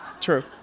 True